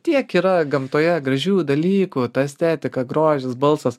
tiek yra gamtoje gražių dalykų ta estetika grožis balsas